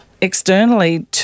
externally